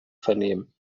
vernehmen